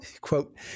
quote